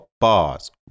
Bars